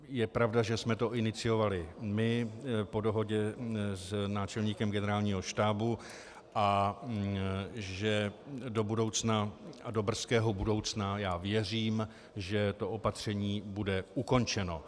Je pravda, že jsme to iniciovali my po dohodě s náčelníkem Generálního štábu a že do budoucna do brzkého budoucna já věřím, že to opatření bude ukončeno.